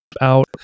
out